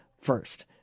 first